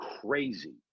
crazy